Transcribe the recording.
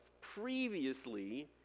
previously